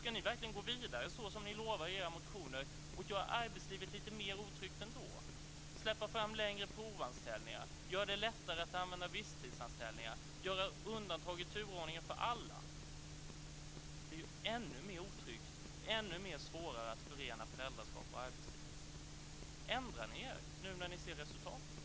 Ska ni verkligen gå vidare, som ni lovar i era motioner, och göra arbetslivet lite mer otryggt ändå, dvs. släppa fram längre provanställningar, göra det lättare att använda visstidsanställningar, göra undantag i turordningen för alla? Det är ännu mer otryggt. Det är ännu mer svårt att förena föräldraskap och arbetstid. Ändrar ni er när ni nu ser resultatet?